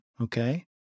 Okay